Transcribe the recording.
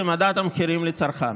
מדד המחירים לצרכן.